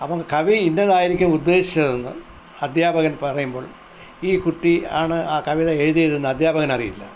അപ്പോള് കവി ഇന്നതായിരിക്കും ഉദ്ദേശിച്ചതെന്ന് അധ്യാപകൻ പറയുമ്പോൾ ഈ കുട്ടി ആണ് ആ കവിത എഴുതിയതെന്ന് അധ്യാപകനറിയില്ല